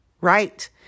right